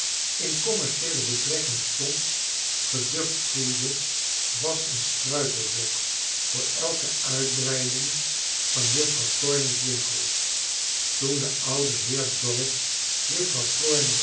in commercieele betrekking stond geducht voelde was een struikelblok voor elke uitbreiding van juffrouw plornish winkel toen de oude heer dorrit